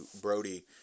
Brody